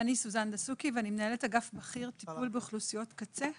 אני סוזן דסוקי ואני מנהלת אגף בכיר טיפול באוכלוסיות קצה,